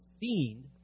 Fiend